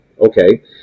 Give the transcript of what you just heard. okay